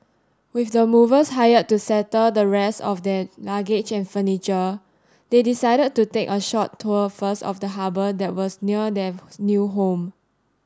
with the movers hired to settle the rest of their luggage and furniture they decided to take a short tour first of the harbour that was near their new home